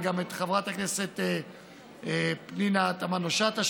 וגם את חברת הכנסת פנינה תמנו-שטה,